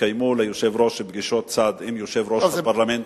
התקיימו ליושב-ראש פגישות צד עם יושב-ראש הפרלמנט,